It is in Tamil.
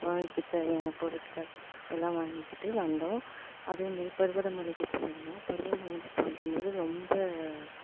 கொழந்தைக்கி தேவையான பொருட்கள் எல்லாம் வாங்கிக்கிட்டு வந்தோம் அதேமாரி பருவதமலைக்கு போய்ருந்தோம் பருவதமலைக்கு போய்ருக்கும்போது ரொம்ப